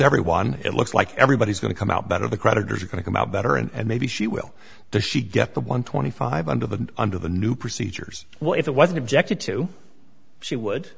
everyone it looks like everybody's going to come out better the creditors are going to come out better and maybe she will to she get the one twenty five under the under the new procedures well if it wasn't objected to she would